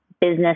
Business